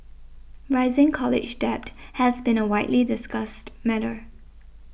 rising college debt has been a widely discussed matter